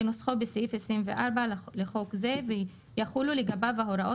כנוסחו בסעיף 24 לחוק זה ויחולו לגביו ההוראות